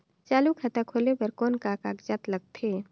चालू खाता खोले बर कौन का कागजात लगथे?